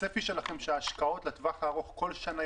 הצפי שלכם הוא שההשקעות לטווח הארוך יעלו כל שנה?